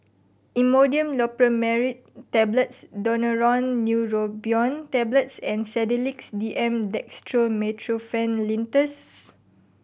Imodium Loperamide Tablets Daneuron Neurobion Tablets and Sedilix D M Dextromethorphan Linctus